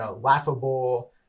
laughable